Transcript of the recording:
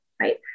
right